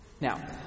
Now